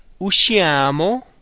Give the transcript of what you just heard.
usciamo